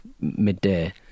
midday